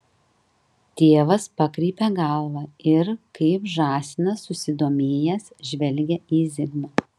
tėvas pakreipia galvą ir kaip žąsinas susidomėjęs žvelgia į zigmą